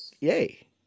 yay